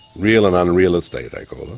real and unreal estate i call them.